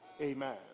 Amen